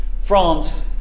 France